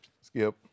Skip